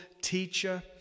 teacher